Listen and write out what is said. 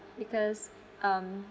because um